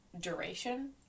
duration